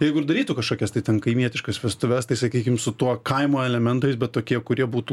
jeigu ir darytų kašokias tai ten kaimietiškas vestuves tai sakykim su tuo kaimo elementais bet tokie kurie būtų